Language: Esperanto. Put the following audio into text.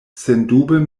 sendube